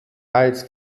als